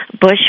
Bush